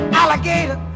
alligator